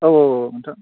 औ औ नोंथां